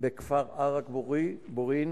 בכפר ערק-בורין